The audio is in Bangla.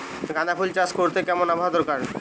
গাঁদাফুল চাষ করতে কেমন আবহাওয়া দরকার?